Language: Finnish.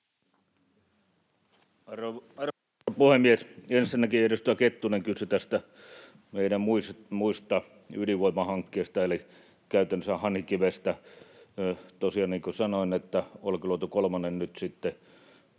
Arvoisa puhemies! Ensinnäkin edustaja Kettunen kysyi meidän muista ydinvoimahankkeista eli käytännössä Hanhikivestä. Tosiaan, niin kuin sanoin, Olkiluoto kolmonen nyt sitten